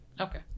okay